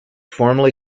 formerly